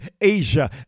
Asia